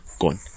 gone